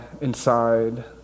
inside